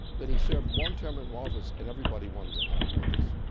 that he served one term in office, and everybody wanted him out of office.